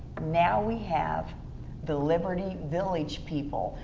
now we have the liberty village people.